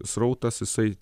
srautas jisai